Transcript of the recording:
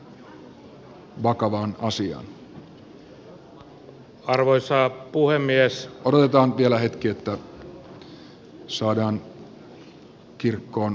odotetaan vielä hetki että saadaan kirkkoon riittävä rauha